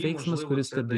veiksmas kuris